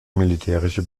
militärische